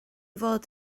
fod